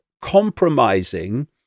compromising